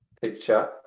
picture